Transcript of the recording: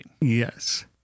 Yes